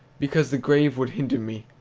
because the grave would hinder me,